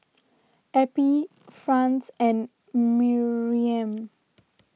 Eppie Franz and Miriam